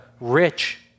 rich